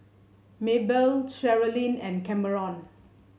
Mabelle Cherilyn and Cameron